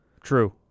True